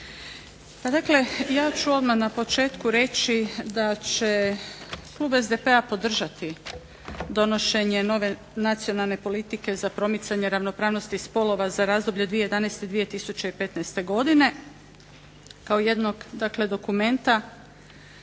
ja ću odmah na početku reći da će klub SDP-a podržati donošenje nove Nacionalne politike za promicanje ravnopravnosti spolova za razdoblje 2011.-2015. godine kao jednog dokumenta